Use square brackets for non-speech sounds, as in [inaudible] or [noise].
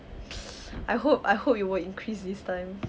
[noise] I hope I hope it will increase this time